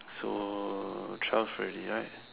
so twelve already right